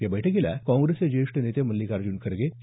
या बैठकीला काँग्रेसचे ज्येष्ठ नेते मल्लिकार्ज्रन खरगे के